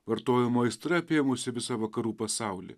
vartojimo aistra apėmusi visą vakarų pasaulį